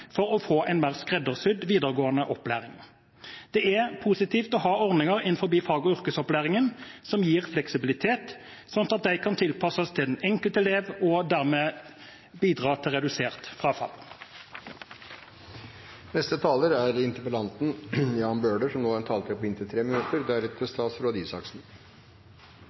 for å få en mer skreddersydd videregående opplæring. Det er positivt å ha ordninger innenfor fag- og yrkesopplæringen som gir fleksibilitet, slik at de kan tilpasses den enkelte elev og dermed bidra til redusert frafall. Jeg vil takke for en interessant debatt og mange gode innlegg som har gått konkret inn på